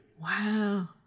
wow